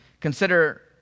consider